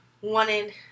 wanted